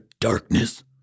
darkness